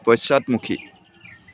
পশ্চাদমুখী